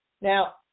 Now